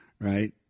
right